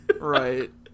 Right